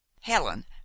Helen